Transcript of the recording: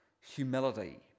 humility